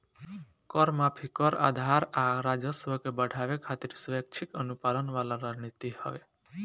कर माफी, कर आधार आ राजस्व के बढ़ावे खातिर स्वैक्षिक अनुपालन वाला रणनीति हवे